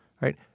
right